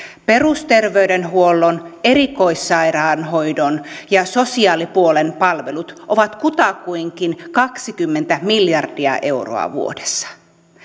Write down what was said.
perusterveydenhuollon erikoissairaanhoidon ja sosiaalipuolen palvelut on kutakuinkin kaksikymmentä miljardia euroa vuodessa